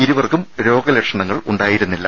ഇരുവർക്കും രോഗലക്ഷണങ്ങൾ ഉണ്ടായിരുന്നില്ല